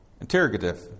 Interrogative